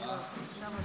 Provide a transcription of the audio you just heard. תודה רבה,